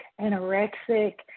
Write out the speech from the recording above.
anorexic